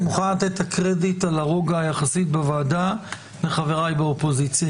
אני מוכן לתת את הקרדיט על הרוגע היחסי בוועדה לחבריי באופוזיציה,